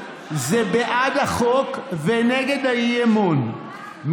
זה בעד החוק ונגד האי-אמון,